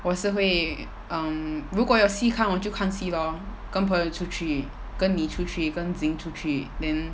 我是会 um 如果有戏看我就看戏 lor 跟朋友出去跟你出去跟 zi yin 出去 then